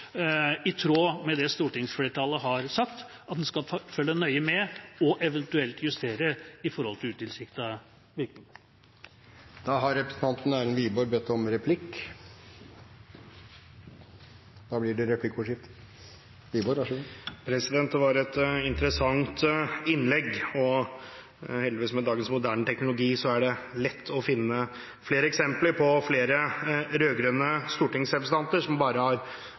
i tråd med det stortingsflertallet har sagt, at en skal følge nøye med og eventuelt justere med tanke på utilsiktede virkninger. Det blir replikkordskifte. Det var et interessant innlegg, og heldigvis er det med dagens moderne teknologi lett å finne flere eksempler på at flere rød-grønne stortingsrepresentanter har ment at dette er enkelt, og at statsråden bare